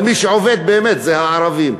אבל מי שעובד באמת זה הערבים.